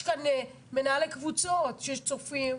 יש כאן מנהלי קבוצות שצופים.